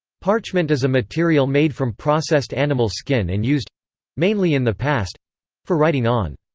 parchment is a material made from processed animal skin and used mainly in the past for writing on.